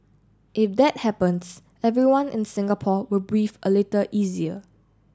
if that happens everyone in Singapore will breathe a little easier